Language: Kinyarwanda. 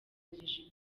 ijipo